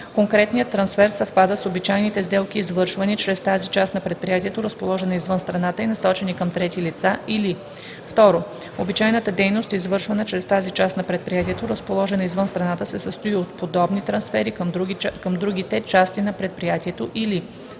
конкретният трансфер съвпада с обичайните сделки, извършвани чрез тази част на предприятието, разположена извън страната, и насочени към трети лица, или 2. обичайната дейност, извършвана чрез тази част на предприятието, разположена извън страната, се състои от подобни трансфери към другите части на предприятието, или 3.